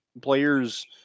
players